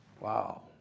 Wow